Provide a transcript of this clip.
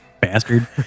Bastard